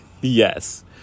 Yes